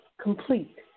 complete